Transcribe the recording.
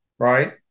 Right